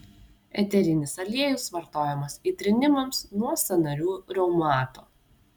eterinis aliejus vartojamas įtrynimams nuo sąnarių reumato